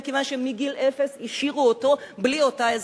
מכיוון שמגיל אפס השאירו אותו בלי אותה עזרה.